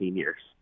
years